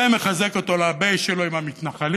זה מחזק אותו על ה-base שלו עם המתנחלים.